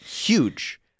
huge